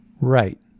Right